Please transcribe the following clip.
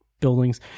buildings